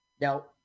Now